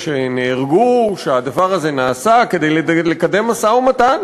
שנהרגו שהדבר הזה נעשה כדי לקדם משא-ומתן,